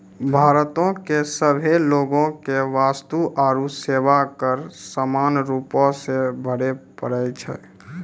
भारतो के सभे लोगो के वस्तु आरु सेवा कर समान रूपो से भरे पड़ै छै